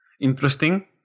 interesting